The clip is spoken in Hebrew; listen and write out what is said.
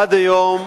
עד היום,